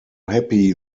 happy